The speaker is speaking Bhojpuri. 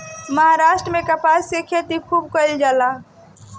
महाराष्ट्र में कपास के खेती खूब कईल जाला